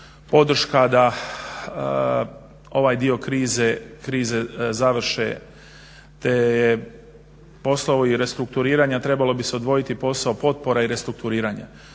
podrška da ovaj dio krize završe te posao i restrukturiranja trebalo bi se odvojiti posao potpora i restrukturiranja.